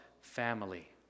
family